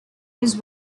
his